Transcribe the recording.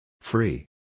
Free